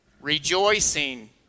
Rejoicing